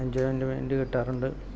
enjoyment കിട്ടാറുണ്ട്